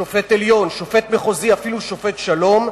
שופט עליון, שופט מחוזי, אפילו שופט שלום,